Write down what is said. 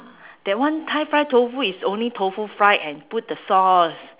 that one thai fry tofu is only tofu fried and put the sauce